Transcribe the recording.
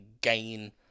gain